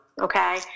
Okay